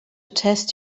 test